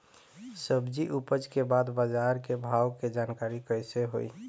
सब्जी उपज के बाद बाजार के भाव के जानकारी कैसे होई?